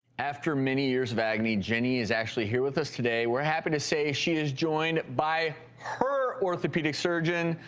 after many years of agony jenny is actually here with us today we're happy to say she is joined by her orthopedic surgeon.